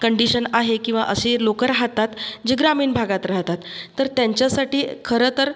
condition आहे किंवा असे लोकं राहतात जे ग्रामीण भागात राहतात तर त्यांच्यासाटी खरं तर